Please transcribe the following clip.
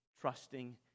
trusting